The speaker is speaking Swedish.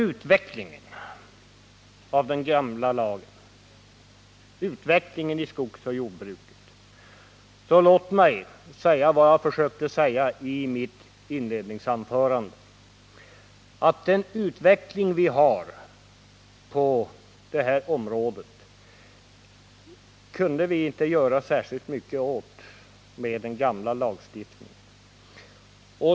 Utvecklingen inom skogsoch jordbruket kunde vi inte — vilket jag försökte säga i mitt inledningsanförande — göra särskilt mycket åt med den gamla lagstiftningen.